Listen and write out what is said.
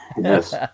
Yes